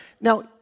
Now